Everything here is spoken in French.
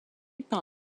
par